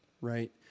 right